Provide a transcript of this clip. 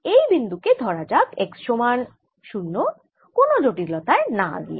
এই বিন্দু কে ধরা যাক x সমান 0 কোন জটিলতায় না গিয়ে